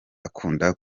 akunda